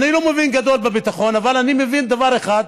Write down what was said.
אני לא מבין גדול בביטחון, אבל אני מבין דבר אחד: